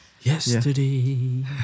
Yesterday